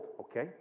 okay